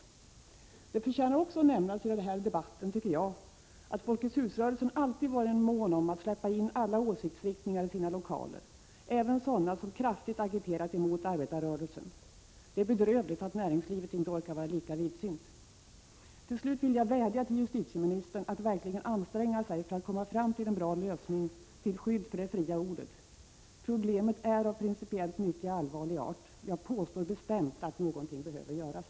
15 maj 1987 Det förtjänar också att nämnas i den här debatten, tycker jag, att Folkets hus-rörelsen alltid varit mån om att släppa in alla åsiktsriktningar i sina lokaler, även sådana som kraftigt agiterat mot arbetarrörelsen. Det är bedrövligt att näringslivet inte orkar vara lika vidsynt. Till slut vill jag vädja till justitieministern att verkligen anstränga sig för att komma fram till en bra lösning till skydd för det fria ordet. Problemet är av principiellt mycket allvarlig art. Jag påstår bestämt att någonting behöver göras.